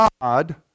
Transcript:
God